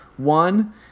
One